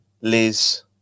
liz